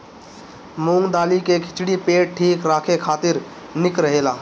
मूंग दाली के खिचड़ी पेट ठीक राखे खातिर निक रहेला